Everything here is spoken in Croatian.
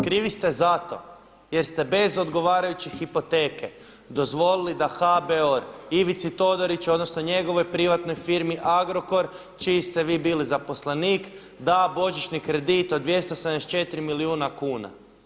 Krivi ste zato jer ste bez odgovarajuće hipoteke dozvolili da HBOR Ivici Todoriću odnosno njegovoj privatnoj firmi Agrokor čiji ste vi bili zaposlenik da božićni kredit od 274 milijuna kuna.